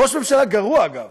ראש ממשלה גרוע, אגב.